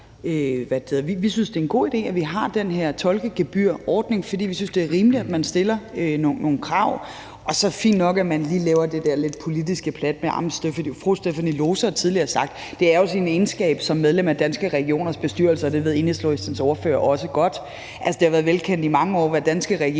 Vi synes, at det er en god idé, at vi har den her tolkegebyrordning, fordi vi synes, at det er rimeligt, at man stiller nogle krav. Så er det fint nok, at man lige laver det der politiske plat med at sige: Jamen fru Stephanie Lohse har tidligere sagt sådan og sådan. Det er jo også i egenskab af at være medlem af Danske Regioners bestyrelse, og det ved Enhedslistens fru Runa Friis Hansen også godt. Altså, det har været velkendt i mange år, hvad Danske Regioner